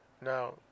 now